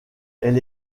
elle